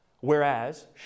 Whereas